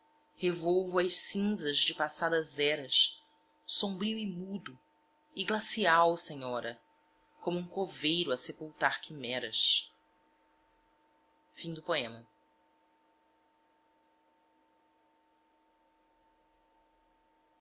revolvo as cinzas de passadas eras sombrio e mudo e glacial senhora como um coveiro a sepultar quimeras alma